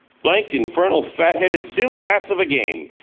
blanked infernal fat-headed silly ass of a game!